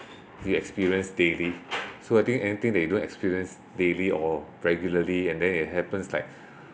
you experience daily so I think anything that you don't experience daily or regularly and then it happens like